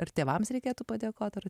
ar tėvams reikėtų padėkot ar